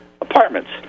apartments